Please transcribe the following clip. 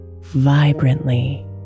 vibrantly